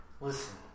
Listen